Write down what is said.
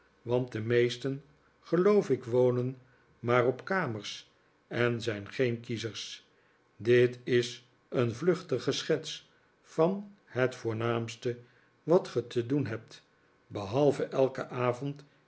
want de meesten geloof ik wonen maar op kamers en zijn geen kiezers dit is een vluchtige schets van het voornaamste wat ge te doen hebt behalve elken avond